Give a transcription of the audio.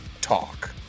talk